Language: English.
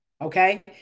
okay